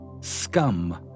scum